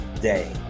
day